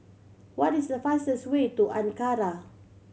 what is the fastest way to Ankara